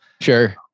Sure